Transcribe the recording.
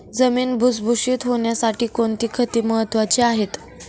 जमीन भुसभुशीत होण्यासाठी कोणती खते महत्वाची आहेत?